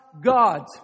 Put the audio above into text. God